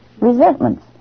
resentments